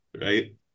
Right